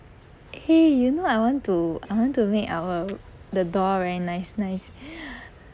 eh you know I want to I want to make our the door very nice nice